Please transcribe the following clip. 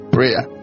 Prayer